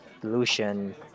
solution